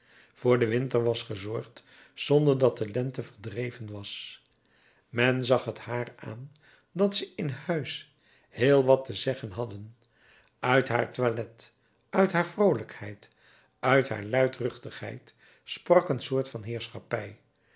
voor den winter was gezorgd zonder dat de lente verdreven was men zag t haar aan dat ze in huis heel wat te zeggen hadden uit haar toilet uit haar vroolijkheid uit haar luidruchtigheid sprak een soort van heerschappij